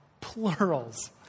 plurals